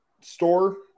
store